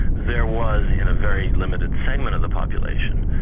there was in a very limited segment of the population,